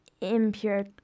impure